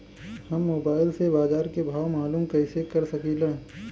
हम मोबाइल से बाजार के भाव मालूम कइसे कर सकीला?